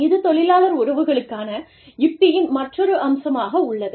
இது தொழிலாளர் உறவுகளுக்கான யுக்தியின் மற்றொரு அம்சமாக உள்ளது